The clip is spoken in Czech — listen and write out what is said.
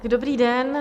Dobrý den.